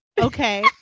okay